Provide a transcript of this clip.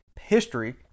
history